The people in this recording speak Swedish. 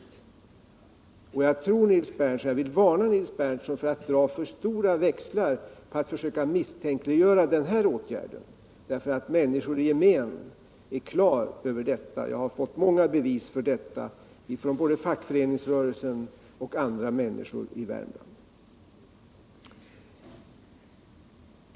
Jag vill varna Nils Berndtson för att dra för stora växlar på att söka misstänkliggöra den här åtgärden. Människor i gemen är nämligen klara över hur det förhåller sig. Jag har fått många bevis för det både från fackföreningsrörelsen och från enskilda människor i Värmland.